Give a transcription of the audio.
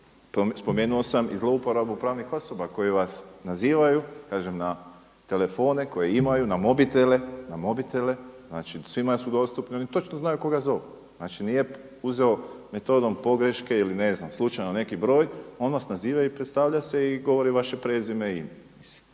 Spomenuo sam i zlouporabu pravnih osoba koji vas nazivaju na telefone koje imaju, na mobitele, znači svima su dostupni. Oni točno znaju koga zovu, znači nije uzeo metodom pogreške ili ne znam slučajno neki broj, on nas naziva i predstavlja i govori vaše prezime i ime.